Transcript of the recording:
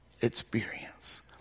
experience